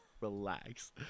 Relax